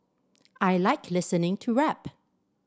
I like listening to rap